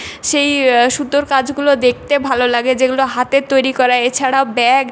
সেই সুতোর কাজগুলো দেখতে ভালো লাগে যেগুলো হাতের তৈরি করা এছাড়াও ব্যাগ